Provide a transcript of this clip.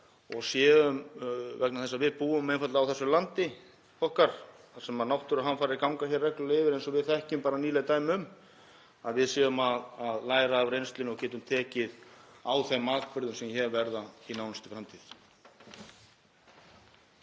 og séum — vegna þess að við búum einfaldlega á þessu landi okkar þar sem náttúruhamfarir ganga reglulega yfir, eins og við þekkjum bara nýleg dæmi um — að læra af reynslunni og getum tekið á þeim atburðum sem hér verða í nánustu framtíð.